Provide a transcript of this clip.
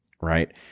Right